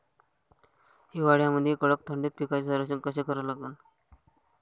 हिवाळ्यामंदी कडक थंडीत पिकाचे संरक्षण कसे करा लागन?